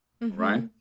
right